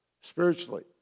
Spiritually